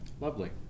Lovely